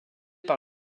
par